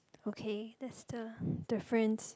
okay that is the differences